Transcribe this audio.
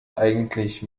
eigentlich